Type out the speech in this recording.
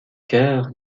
chœur